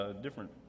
different